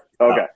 okay